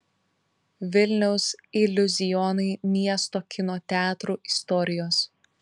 vilniaus iliuzionai miesto kino teatrų istorijos